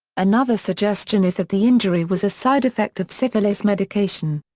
another suggestion is that the injury was a side-effect of syphilis medication.